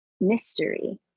mystery